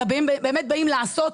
אלא באים לעשות